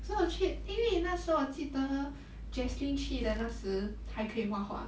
so 我去因为那时我记得 jeslyn 去的时还可以画画